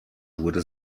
wurde